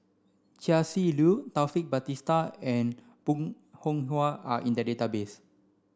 Chia Shi Lu Taufik Batisah and Bong Hiong Hwa are in the database